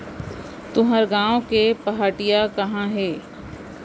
तुंहर गॉँव के पहाटिया कहॉं हे?